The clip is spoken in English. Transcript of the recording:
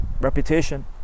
reputation